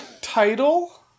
Title